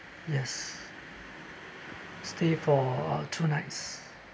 yes stay for two nights